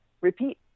repeat